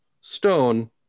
stone